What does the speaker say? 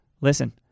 Listen